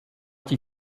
die